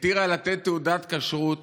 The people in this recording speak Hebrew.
התירה לתת תעודת כשרות